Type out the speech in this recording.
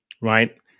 right